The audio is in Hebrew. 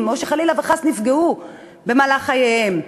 או שחלילה וחס נפגעו במהלך חייהם,